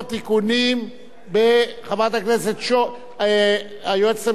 היועצת המשפטית שור, כולל התיקונים, כן?